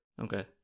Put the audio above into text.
Okay